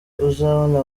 uzabona